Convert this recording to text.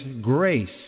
grace